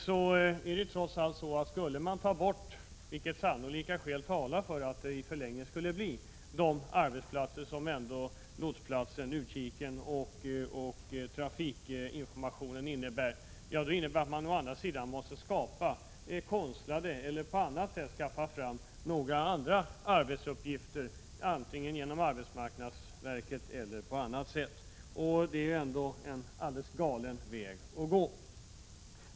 Det är trots allt så, att skulle man ta bort de arbetsplatser som ändå lotsplatsen, utkiken och trafikinformationen innebär — och sannolika skäl talar för att detta skulle ske i förlängningen — så medför det att man måste skapa konstlade eller verkliga arbetsuppgifter genom arbetsmarknadsverket eller på annat sätt. Det är ändå en alldeles galen väg att gå.